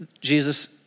Jesus